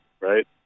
right